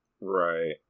Right